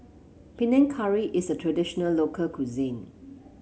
Panang Curry is a traditional local cuisine